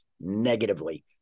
negatively